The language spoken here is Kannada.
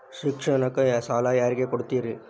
ಶಿಕ್ಷಣಕ್ಕ ಸಾಲ ಯಾರಿಗೆ ಕೊಡ್ತೇರಿ?